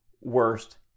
worst